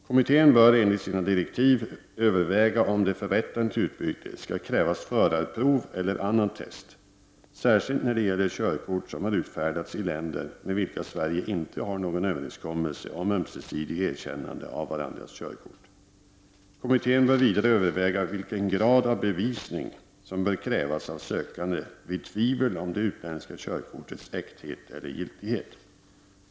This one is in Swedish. Kommittén bör enligt sina direktiv överväga om det för rätten till utbyte skall krävas förarprov eller annat test, särskilt när det gäller körkort som har utfärdats i länder med vilka Sverige inte ha någon överenskommelse om ömsesidigt erkännande av varandras körkort. Kommittén bör vidare överväga vilken grad av bevisning som bör krävas av sökanden vid tvivel om det utländska körkortets äkthet eller giltighet.